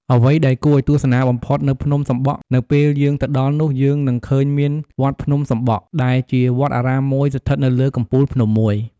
អ្វីដែលគួរទស្សនាបំផុតនៅភ្នំសំបក់នៅពេលយើងទៅដល់នោះយើងនឹងឃើញមាន វត្តភ្នំសំបក់ ដែលជាវត្តអារាមមួយស្ថិតនៅលើកំពូលភ្នំមួយ ។